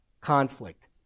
Conflict